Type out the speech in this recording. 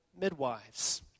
midwives